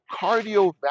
cardiovascular